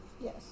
Yes